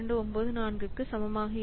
8294 க்கு சமமாக இருக்கும்